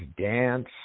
dance